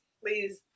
please